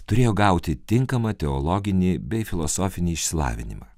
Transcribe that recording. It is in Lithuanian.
turėjo gauti tinkamą teologinį bei filosofinį išsilavinimą